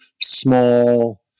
small